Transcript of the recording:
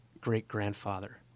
great-grandfather